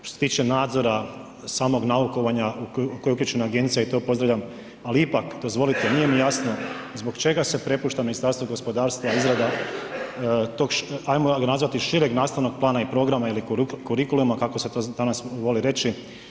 Što se tiče nadzora samog naukovanja u koji je uključena agencija i to pozdravljam ali ipak dozvolite, nije mi jasno zbog čega se prepušta Ministarstvu gospodarstva izrada toga, ajmo ga nazvati šireg nastavnog plana i programa ili kurikuluma kako se to danas voli reći.